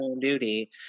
duty